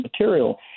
material